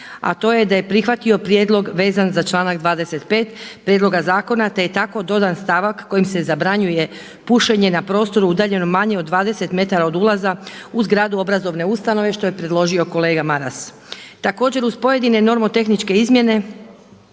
a to je da je prihvatio prijedlog vezan za članak 25. Prijedloga zakona, te je tako dodan stavak kojim se zabranjuje pušenje na prostoru udaljenom manje od 20 metara od ulaza uz zgradu obrazovne ustanove što je predložio kolega Maras. Također uz pojedine nomotehničke izmjene